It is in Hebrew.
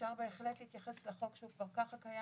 אז אפשר בהחלט להתייחס לחוק שהוא כבר קיים.